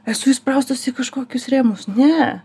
esu įspraustas į kažkokius rėmus ne